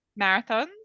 marathons